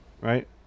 Right